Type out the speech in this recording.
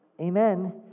Amen